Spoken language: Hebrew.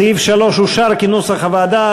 סעיף 3 אושר כנוסח הוועדה.